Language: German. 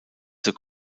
zur